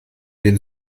den